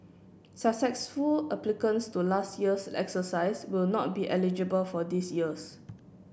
successful applicants to last year's exercise will not be eligible for this year's